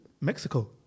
Mexico